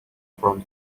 from